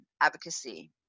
advocacy